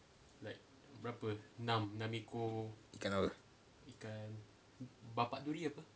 ikan